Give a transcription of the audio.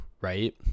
right